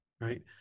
Right